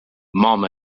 mom